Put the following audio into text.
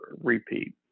repeat